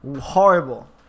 Horrible